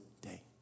day